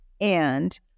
And-